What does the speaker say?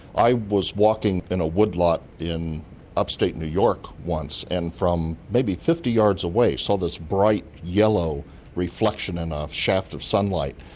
i was walking in a woodlot in upstate new york once, and from maybe fifty yards away saw this bright yellow reflection in ah a shaft of sunlight,